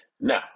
Now